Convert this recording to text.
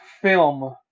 film